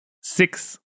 six